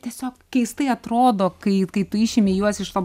tiesiog keistai atrodo kai kai tu išimi juos iš to